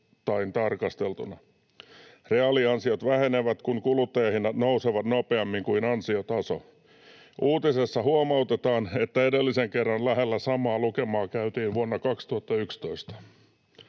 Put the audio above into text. Reaaliansiot vähenevät, kun kuluttajahinnat nousevat nopeammin kuin ansiotaso. Uutisessa huomautetaan, että edellisen kerran lähellä samaa lukemaa käytiin vuonna 2011.